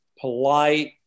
polite